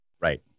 right